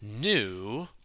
new